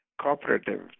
cooperative